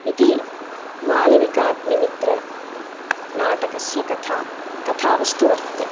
इति मालविकाग्निमित्रनाटकस्य कथा कथावस्तुः वर्तते